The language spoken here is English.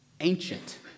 Ancient